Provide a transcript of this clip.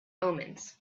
omens